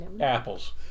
apples